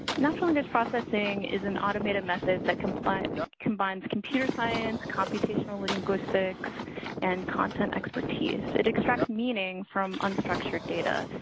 natural language processing is an automated method that complex combines computer science, computational linguistics and content expertise. it extracts meaning from unstructured data,